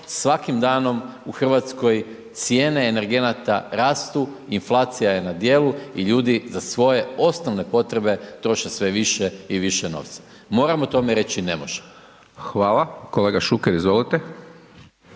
svakim danom u Hrvatskoj cijene energenata rastu, inflacija je na dijelu i ljudi za svoje osnovne potrebe troše sve više i više novca. Moramo tome reći ne može. **Hajdaš Dončić, Siniša